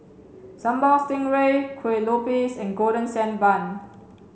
sambal stingray kuih lopes and golden sand bun